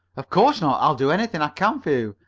of course not. i'll do anything i can for you,